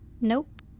Nope